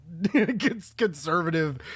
Conservative